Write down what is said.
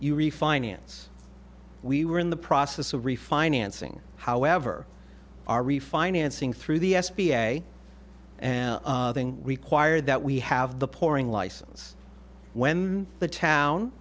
you refinance we were in the process of refinancing however our refinancing through the s b a and required that we have the pouring license when the town